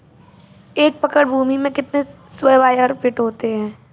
एक एकड़ भूमि में कितने स्क्वायर फिट होते हैं?